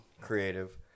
Creative